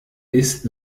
ist